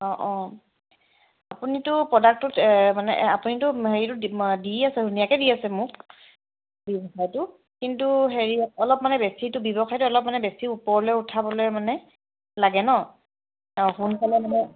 অ অ আপুনিতো প্ৰডাক্টটোত মানে আপুনিতো হেৰিটো দি আছে ধুনীয়াকৈ দি আছে মোক কিন্তু হেৰি অলপমানে বেছিটো ব্যৱসায় অলপ মানে বেছি ওপৰলৈ উঠাবলৈ মানে লাগে ন' অ সোনকালে মানে